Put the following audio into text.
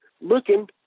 looking